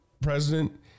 president